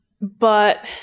But-